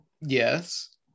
Yes